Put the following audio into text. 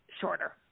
shorter